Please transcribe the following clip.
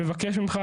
מבקש ממך,